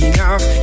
Enough